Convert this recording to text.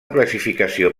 classificació